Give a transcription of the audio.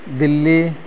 Delhi